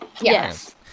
Yes